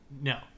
No